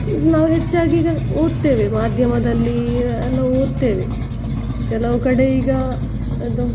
ನಾವು ಹೆಚ್ಚಾಗಿ ಈಗ ಓದ್ತೇವೆ ಮಾಧ್ಯಮದಳ್ಳಿ ಎಲ್ಲ ಓದ್ತೇವೆ ಕೆಲವು ಕಡೆ ಈಗ ಅದು